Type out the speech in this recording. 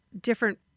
different